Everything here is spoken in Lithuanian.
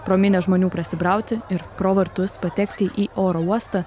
pro minią žmonių prasibrauti ir pro vartus patekti į oro uostą